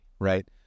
right